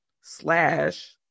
slash